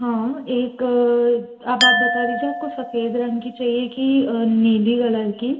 हाँ एक आप आप बता दीजिए आपको सफ़ेद रंग की चहिए कि नीली कलर की